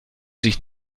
sich